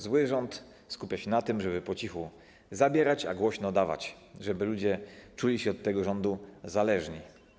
Zły rząd skupia się na tym, żeby po cichu zabierać, a głośno dawać, żeby ludzie czuli się od tego rządu zależni.